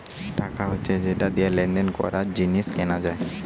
টাকা হচ্ছে যেটা দিয়ে লেনদেন করা, জিনিস কেনা যায়